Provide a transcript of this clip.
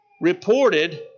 reported